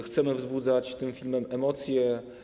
Chcemy wzbudzać tym filmem emocje.